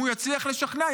אם הוא יצליח לשכנע,